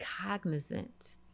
cognizant